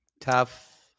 tough